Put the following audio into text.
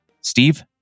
Steve